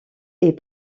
est